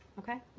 okay.